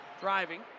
driving